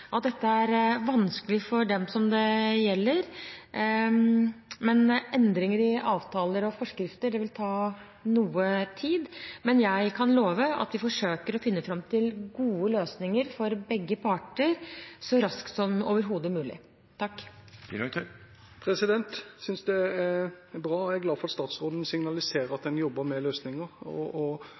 forskrifter vil ta noe tid, men jeg kan love at vi forsøker å finne fram til gode løsninger for begge parter så raskt som overhodet mulig. Jeg syns det er bra. Jeg er glad for at statsråden signaliserer at man jobber med løsninger, og at man gjerne involverer både helseminister, kommunalminister og